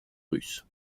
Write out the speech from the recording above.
russe